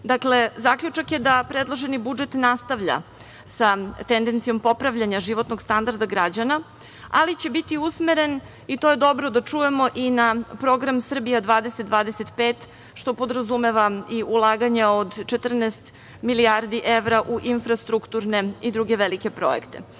Dakle, zaključak je da predloženi budžet nastavlja sa tendencijom popravljanja životnog standarda građana, ali će biti usmeren i to je dobro da čujemo i na program Srbija 2025, što podrazumeva i ulaganja od 14 milijardi evra u infrastrukturne i druge velike